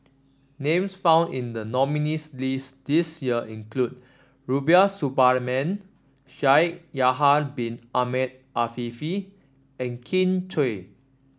names found in the nominees' list this year include Rubiah Suparman Shaikh Yahya Bin Ahmed Afifi and Kin Chui